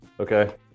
Okay